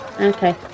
Okay